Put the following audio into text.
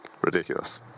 Ridiculous